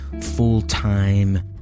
Full-time